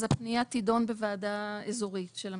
אז הפנייה תידון בוועדה אזורית של המשרד.